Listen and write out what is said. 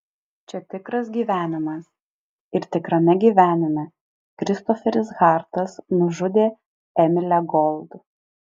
čia tikras gyvenimas ir tikrame gyvenime kristoferis hartas nužudė emilę gold